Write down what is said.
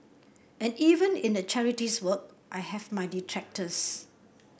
and even in the charities work I have my detractors